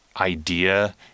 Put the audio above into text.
idea